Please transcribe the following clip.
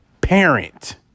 Parent